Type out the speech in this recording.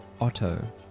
Otto